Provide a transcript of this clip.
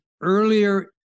earlier